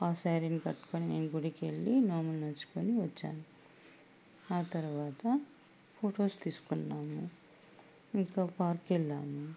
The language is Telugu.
శారీని కట్టుకొని నేను గుడికి వెళ్ళి నోము నోచుకుని వచ్చాను తరవాత ఫొటోస్ తీసుకున్నాను ఇంకా పార్క్ వెళ్ళాను